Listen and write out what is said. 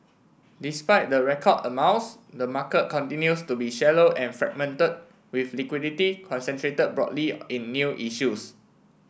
despite the record amounts the market continues to be shallow and fragmented with liquidity concentrated broadly in new issues